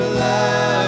love